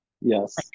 yes